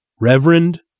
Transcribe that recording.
Reverend